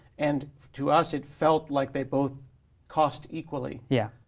and to us it felt like they both cost equally. yeah.